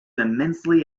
immensely